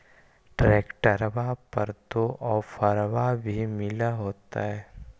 ट्रैक्टरबा पर तो ओफ्फरबा भी मिल होतै?